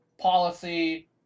policy